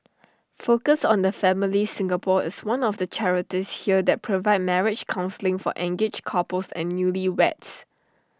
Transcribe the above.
focus on the family Singapore is one of the charities here that provide marriage counselling for engaged couples and newly weds